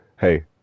hey